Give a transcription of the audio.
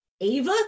Ava